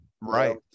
Right